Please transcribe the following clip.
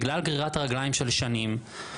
בגלל גרירת רגליים של שנים,